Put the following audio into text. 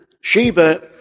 Sheba